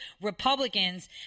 Republicans